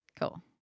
cool